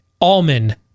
almond